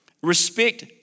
Respect